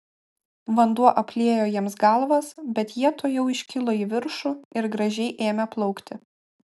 vanduo apliejo jiems galvas bet jie tuojau iškilo į viršų ir gražiai ėmė plaukti